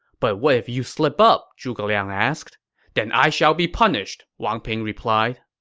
but what if you slip up? zhuge liang asked then i shall be punished, wang ping replied